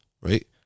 right